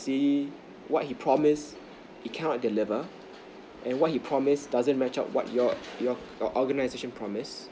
see what he promised he cannot deliver and what he promised doesn't match up what your your organization promise